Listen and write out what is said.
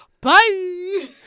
bye